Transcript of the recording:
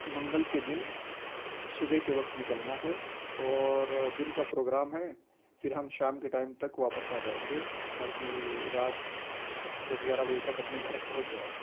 منگل کے دن صبح کے وقت نکلنا ہے اور دن کا پروگرام ہے پھر ہم شام کے ٹائم تک واپس آ جائیں گے تاکہ رات دس گیارہ بجے تک اپنے گھر پہنچ جائیں